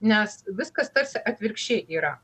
nes viskas tarsi atvirkščiai yra